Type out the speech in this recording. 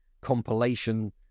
compilation